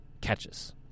catches